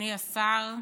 אדוני השר,